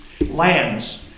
Lands